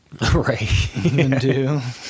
Right